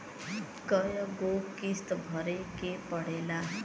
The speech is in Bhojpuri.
कय गो किस्त भरे के पड़ेला?